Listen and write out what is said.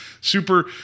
Super